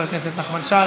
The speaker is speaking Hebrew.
חבר הכנסת נחמן שי,